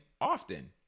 often